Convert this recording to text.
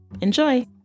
Enjoy